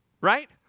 right